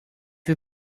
you